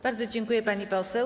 Bardzo dziękuję, pani poseł.